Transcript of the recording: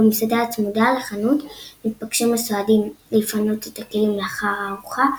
במסעדה הצמודה לחנות מתבקשים הסועדים לפנות את הכלים לאחר הארוחה,